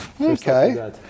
Okay